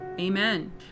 Amen